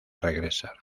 regresar